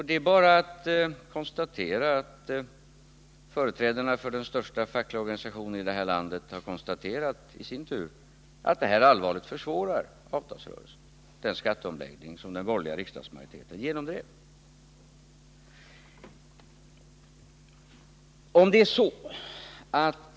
Det är bara att konstatera att företrädarna för den största fackliga organisationen i detta land i sin tur har konstaterat att den skatteomläggning som den borgerliga riksdagsmajoriteten genomdrev har allvarligt försvårat avtalsrörelsen.